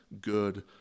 good